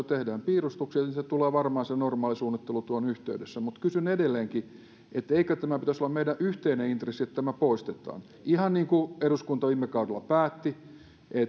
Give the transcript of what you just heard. tehdään piirustukset se tulee varmaan sen normaalin suunnittelutyön yhteydessä mutta kysyn edelleenkin eikö tämän pitäisi olla meidän yhteinen intressi että tämä poistetaan ihan niin kuin eduskunta viime kaudella päätti että